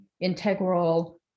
integral